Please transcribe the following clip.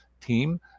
team